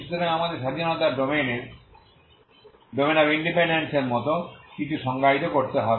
সুতরাং আমাদের স্বাধীনতার ডোমেইনের মত কিছু সংজ্ঞায়িত করতে হবে